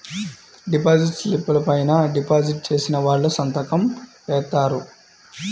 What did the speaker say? deposit స్లిపుల పైన deposit చేసిన వాళ్ళు సంతకం జేత్తారు